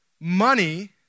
money